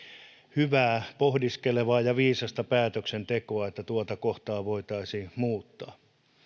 hyvää pohdiskelevaa ja viisasta päätöksentekoa että tuota kohtaa voitaisiin muuttaa